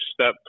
step